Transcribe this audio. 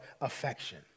affection